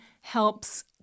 helps